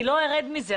אני לא ארד מזה,